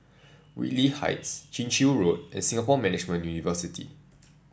Whitley Heights Chin Chew Road and Singapore Management University